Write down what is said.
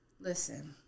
Listen